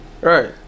right